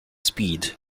speed